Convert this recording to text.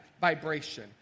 vibration